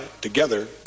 together